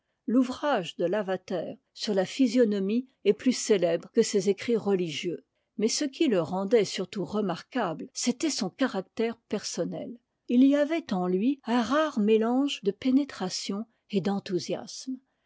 l'ouvrage de lavater sur la physionomie est plus célèbre que ses écrits religieux mais ce qui le rendait surtout remarquable c'était son caractère personnel il y avait en lui un rare mélange de pénétration et d'enthousiasme